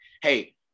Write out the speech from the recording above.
Hey